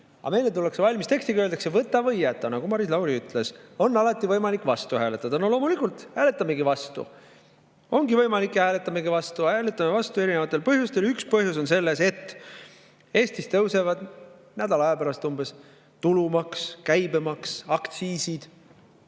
Aga meile tullakse valmis tekstiga ja öeldakse, et võta või jäta. Nagu Maris Lauri ütles, alati on võimalik vastu hääletada. No loomulikult, hääletamegi vastu. Ongi võimalik ja hääletamegi vastu. Hääletame vastu erinevatel põhjustel. Üks põhjus on selles, et Eestis tõusevad umbes nädala aja pärast tulumaks, käibemaks, aktsiisid,